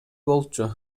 болчу